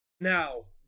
now